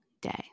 day